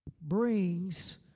brings